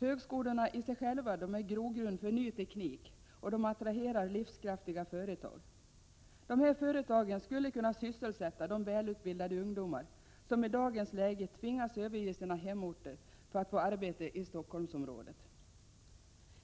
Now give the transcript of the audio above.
Högskolorna i sig själva är grogrund för ny teknik och attraherar livskraftiga företag. Dessa företag skulle kunna sysselsätta de välutbildade ungdomar som i dagens läge tvingas överge sina hemorter för att söka arbete i Stockholmsområdet.